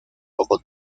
poco